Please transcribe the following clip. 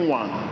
one